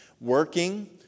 working